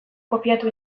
kopiatu